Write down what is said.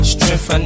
Strength